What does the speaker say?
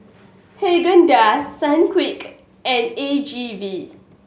Haagen Dazs Sunquick and A G V